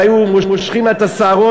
והיו מושכים לה את השערות,